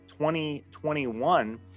2021